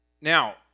now